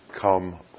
come